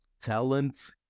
talent